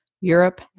Europe